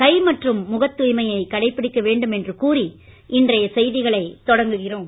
கை மற்றும் முகத் தூய்மையை கடைபிடிக்க வேண்டும் என்று கூறி இன்றைய செய்திகளை தொடங்குகிறோம்